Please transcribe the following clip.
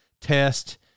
test